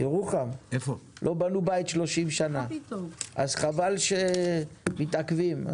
אז חבל שמתעכבים.